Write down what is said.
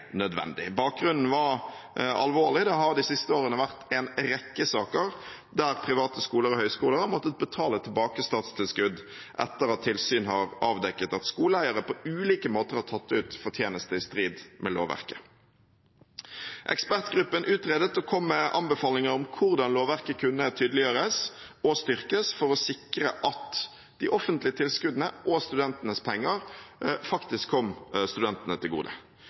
nødvendig. Bakgrunnen var alvorlig. Det har de siste årene vært en rekke saker der private skoler og høyskoler har måttet betale tilbake statstilskudd etter at tilsyn har avdekket at skoleeiere på ulike måter har tatt ut fortjeneste, i strid med lovverket. Ekspertgruppen utredet og kom med anbefalinger om hvordan lovverket kunne tydeliggjøres og styrkes for å sikre at de offentlige tilskuddene og studentenes penger faktisk kom studentene til gode.